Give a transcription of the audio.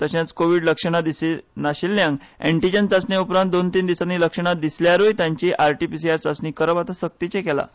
तशेच कोविड लक्षणां दिसनाशिल्ल्यांक ॲन्टीजॅन चाचणे उपरांत दोन तीन दिसांनी लक्षणां दिसल्यारूय तांची आरटी पीसीआर चाचणी करप आतां सक्तीचें केलां